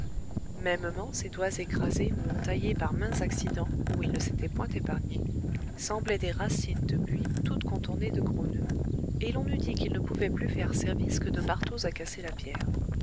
mêmement ses doigts écrasés ou entaillés par maints accidents où ils ne s'étaient point épargnés semblaient des racines de buis toutes contournées de gros noeuds et l'on eût dit qu'ils ne pouvaient plus faire service que de marteaux à casser la pierre